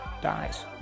dies